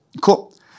cool